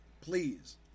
Please